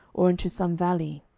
or into some valley.